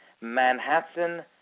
Manhattan